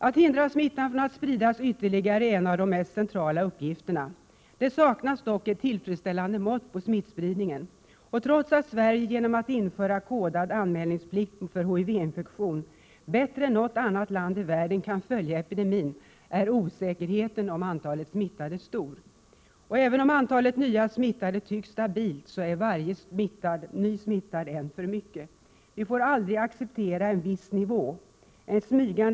Att hindra smittan från att spridas ytterligare är en av de mest centrala uppgifterna. Det saknas dock ett tillfredsställande mått på smittspridningen. Trots att Sverige genom att införa kodad anmälningsplikt för HIV-infektion bättre än något annat land i världen kan följa epidemin, är osäkerheten om antalet smittade stor. Även om antalet nya smittade tycks stabilt, är varje ny smittad en för mycket. Vi får aldrig acceptera en viss nivå på smittspridningen.